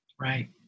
Right